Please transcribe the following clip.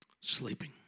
Sleeping